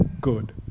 good